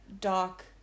Doc